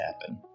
happen